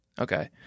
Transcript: Okay